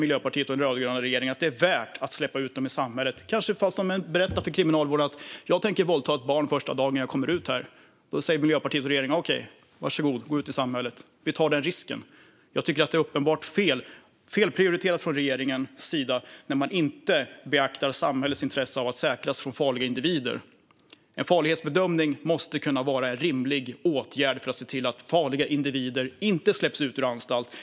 Miljöpartiet och den rödgröna regeringen tycker att det är värt att släppa ut dem i samhället även om de kanske berättar för kriminalvården att de tänker våldta ett barn första dagen de kommer ut. Då säger Miljöpartiet och regeringen: Okej, varsågod, gå ut i samhället! Vi tar den risken. Jag tycker att det är uppenbart felprioriterat från regeringens sida när man inte beaktar samhällets intresse av att säkras från farliga individer. En farlighetsbedömning måste kunna vara en rimlig åtgärd för att se till att farliga individer inte släpps ut ur anstalt.